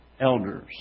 elders